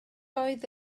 oedd